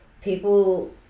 people